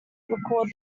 record